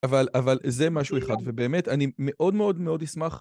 אבל זה משהו אחד, ובאמת, אני מאוד מאוד מאוד אשמח...